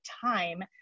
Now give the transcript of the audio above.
time